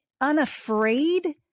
unafraid